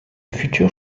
futurs